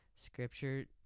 Scripture